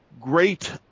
great